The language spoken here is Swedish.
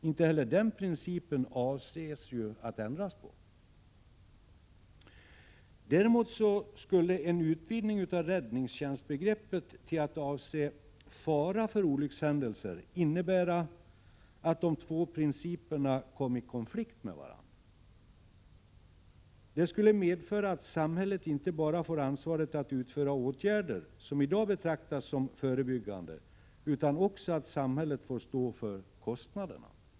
Inte heller den principen avses att ändras på. Däremot skulle en utvidgning av räddningstjänstbegreppet till att avse fara för olyckshändelser innebära att de två principerna kom i konflikt med varandra. Det skulle medföra att samhället inte bara får ansvaret att utföra åtgärder som i dag betraktas som förebyggande utan också att samhället får stå för kostnaderna.